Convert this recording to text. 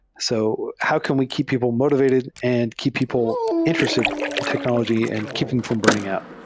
so how can we keep people motivated and keep people interested in technology and keep them from burning out?